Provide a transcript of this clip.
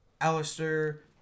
Alistair